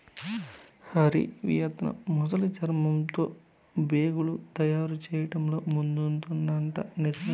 Hari, Vietnam ముసలి చర్మంతో బేగులు తయారు చేయడంతో ముందుందట నిజమేనా